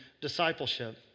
discipleship